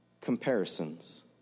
comparisons